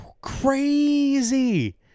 crazy